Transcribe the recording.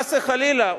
חס וחלילה,